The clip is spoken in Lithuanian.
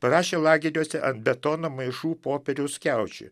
parašė lageriuose ant betono maišų popieriaus skiaučių